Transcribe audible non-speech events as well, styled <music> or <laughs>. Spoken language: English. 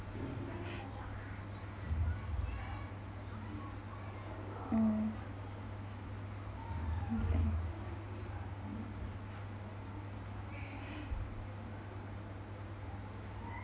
mm yes I know <laughs>